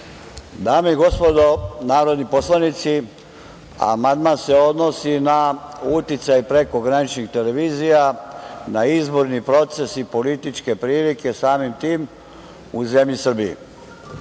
Dame i gospodo narodni poslanici, amandman se odnosi na uticaj prekograničnih televizija, na izborni proces i političke prilike, samim tim, u zemlji Srbiji. Naime,